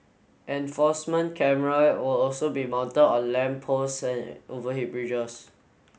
enforcement camera will also be mounted on lamp posts and overhead bridges